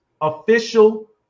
official